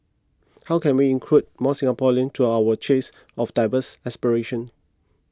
how can we include more Singaporeans to our chase of diverse aspirations